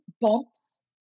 bumps